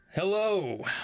Hello